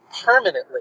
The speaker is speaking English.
permanently